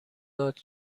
داد